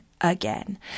again